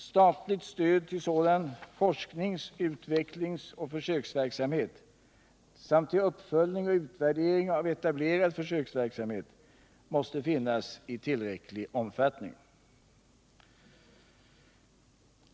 Statligt stöd till sådan forsknings-, utvecklingsoch försöksverksamhet samt till uppföljning och utvärdering av etablerad försöksverksamhet måste finnas i tillräcklig omfattning.